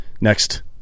Next